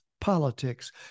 politics